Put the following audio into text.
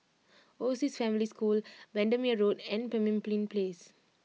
Overseas Family School Bendemeer Road and Pemimpin Place